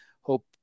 Hope